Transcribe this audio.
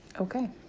Okay